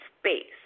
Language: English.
space